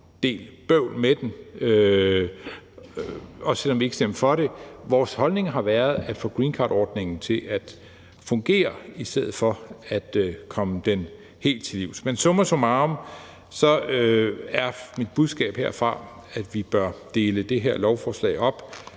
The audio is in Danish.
del bøvl med den – også selv om vi ikke stemte for det. Vores holdning har været at få greencardordningen til at fungere i stedet for at komme den helt til livs. Men summa summarum er mit budskab herfra, at vi bør dele det her lovforslag op.